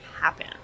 happen